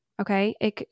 Okay